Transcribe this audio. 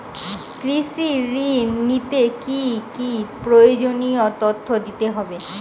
কৃষি ঋণ নিতে কি কি প্রয়োজনীয় তথ্য দিতে হবে?